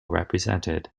represented